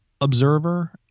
observer